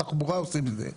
התחבורה עושים את זה,